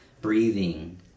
breathing